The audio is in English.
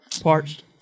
Parched